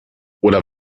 oder